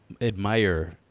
admire